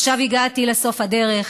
עכשיו הגעתי לסוף הדרך,